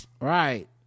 Right